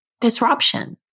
disruption